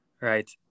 right